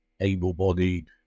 able-bodied